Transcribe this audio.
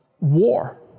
War